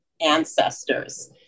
ancestors